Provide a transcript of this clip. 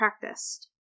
practiced